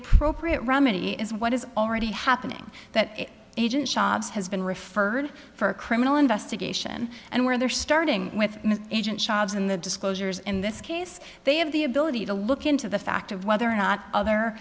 appropriate remedy is what is already happening that agent shabazz has been referred for a criminal investigation and where they're starting with agent sheilds in the disclosures in this case they have the ability to look into the fact of whether or not other